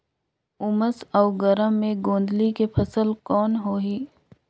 उमस अउ गरम मे गोंदली के फसल कौन होही?